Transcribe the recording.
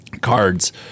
cards